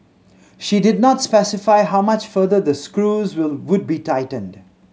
she did not specify how much further the screws will would be tightened